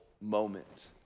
moment